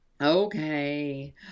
Okay